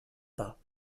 pas